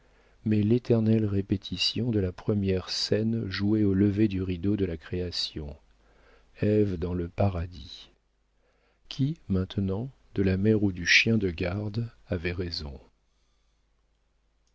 mais l'éternelle répétition de la première scène jouée au lever du rideau de la création ève dans le paradis qui maintenant de la mère ou du chien de garde avait raison